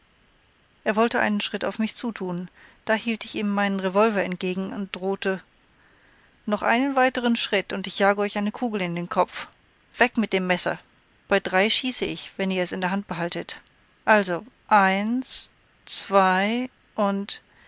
er wollte einen schritt auf mich zu tun da hielt ich ihm meinen revolver entgegen und drohte noch einen weiteren schritt und ich jage euch eine kugel in den kopf weg mit dem messer bei drei schieße ich wenn ihr es in der hand behaltet also eins zwei und